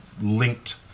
linked